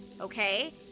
Okay